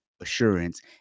assurance